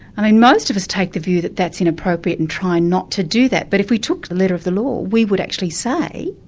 i mean most of us take the view that that's inappropriate and try not to do that, but if we took the letter of the law we would actually say,